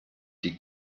die